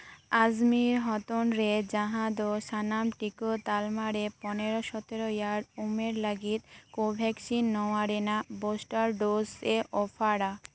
ᱟᱡᱢᱤᱨ ᱦᱚᱱᱚᱛ ᱨᱮ ᱡᱟᱸᱦᱟ ᱫᱚ ᱥᱟᱱᱟᱢ ᱴᱤᱠᱟᱹ ᱛᱟᱞᱢᱟ ᱯᱚᱱᱮᱨᱚ ᱥᱚᱛᱨᱚ ᱮᱭᱟᱨ ᱩᱢᱮᱨ ᱞᱟᱹᱜᱤᱫ ᱠᱳᱵᱷᱮᱠᱥᱤᱱ ᱱᱚᱣᱟ ᱨᱮᱭᱟᱜ ᱵᱩᱥᱴᱟᱨ ᱰᱳᱥ ᱮ ᱚᱯᱷᱟᱨ ᱟ